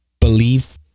believe